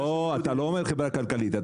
לא, אתה לא אומר חברה כלכלית.